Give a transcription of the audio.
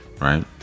right